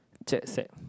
jet set